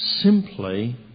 simply